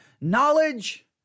knowledge